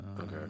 Okay